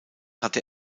hatte